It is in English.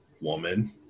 woman